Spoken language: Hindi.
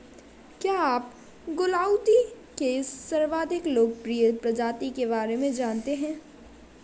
क्या आप गुलदाउदी के सर्वाधिक लोकप्रिय प्रजाति के बारे में जानते हैं?